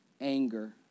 anger